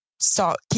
start